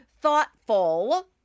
thoughtful